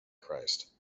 christ